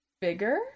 bigger